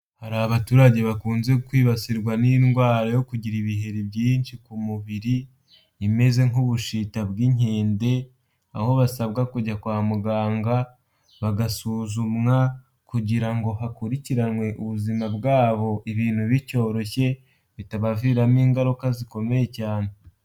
Hari abaturage bakunze kwibasirwa n'indwara yo kugira ibiheri byinshi ku mubiri imeze nk'ubushita bw'inkende, aho basabwa kujya kwa muganga bagasuzumwa kugira ngo hakurikiranwe ubuzima bwabo ibintu bicyoroshye, bitabaviramo ingaruka zikomeye cyane.